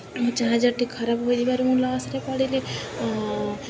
ମୋ ଚାର୍ଜର୍ଟି ଖରାପ ହୋଇଥିବାରୁ ମୁଁ ଲସ୍ରେ ପଡ଼ିଲି